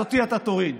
אז אותי אתה תוריד?